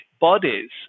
bodies –